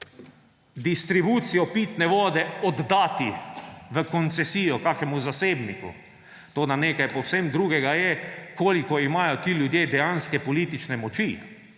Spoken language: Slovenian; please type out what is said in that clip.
distribucijo pitne vode oddati v koncesijo kakemu zasebniku. Toda nekaj povsem drugega je, koliko imajo ti ljudje dejanske politične moči,